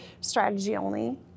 strategy-only